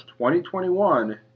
2021